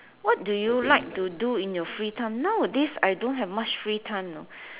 what do you like to do in your free time nowadays I don't have much free time know